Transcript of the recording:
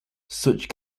such